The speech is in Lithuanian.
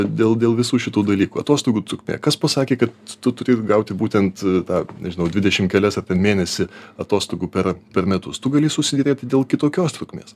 dėl dėl visų šitų dalykų atostogų trukmė kas pasakė kad tu turi gauti būtent tą nežinau dvidešimt kelias ar ten mėnesį atostogų per per metus tu gali susiderėti dėl kitokios trukmės